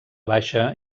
baixa